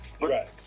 Right